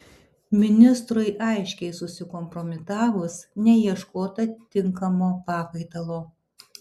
ministrui aiškiai susikompromitavus neieškota tinkamo pakaitalo